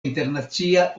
internacia